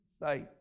faith